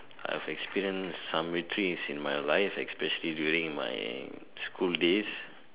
I've experienced some victories in my life especially during my school days